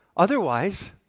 Otherwise